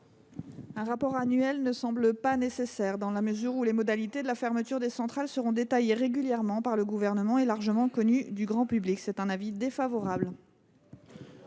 Un rapport annuel ne semble pas nécessaire, dans la mesure où les modalités de la fermeture des centrales seront détaillées régulièrement par le Gouvernement et largement connues du grand public. Avis défavorable.